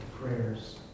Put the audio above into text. prayers